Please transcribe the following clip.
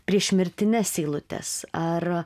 priešmirtines eilutes ar